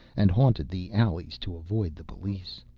and haunted the alleys to avoid the police.